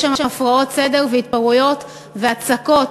יש שם הפרעות סדר והתפרעויות והצקות